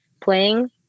playing